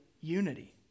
unity